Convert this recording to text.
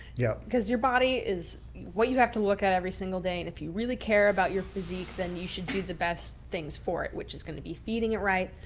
yeah because your body is what you have to look at every single day. and if you really care about your physique, then you should do the best things for it. which is going to be feeding it right,